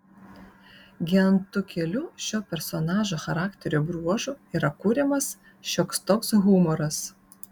gi ant tų kelių šio personažo charakterio bruožų yra kuriamas šioks toks humoras